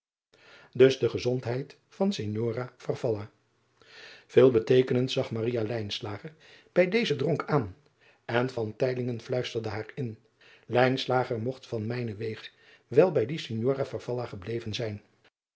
us de gezondheid van ignora eel beteekenend zag bij dezen dronk aan en fluisterde haar in mogt van mijnen wege wel bij die ignora gebleven zijn